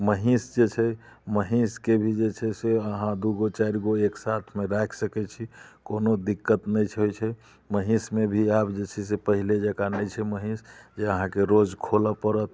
महींस जे छै महींसके भी जे छै से आहाँ दू गो चारि गो एकसाथमे राखि सकै छी कोनो दिक्कत नहि होइ छै महींसमे भी आब जे छै से पहिले जकाँ नहि छै महींस जे अहाँके रोज खोलऽ पड़त